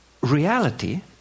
reality